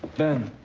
ben.